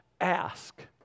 Ask